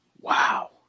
Wow